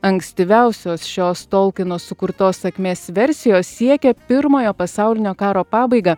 ankstyviausios šios tolkino sukurtos sakmės versijos siekia pirmojo pasaulinio karo pabaigą